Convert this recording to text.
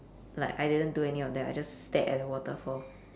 like I didn't do any of that I just stared at the waterfall